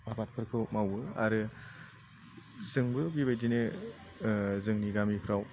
आबादफोरखौ मावो आरो जोंबो बेबायदिनो जोंनि गामिफ्राव